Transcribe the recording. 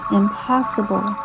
impossible